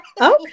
Okay